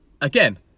again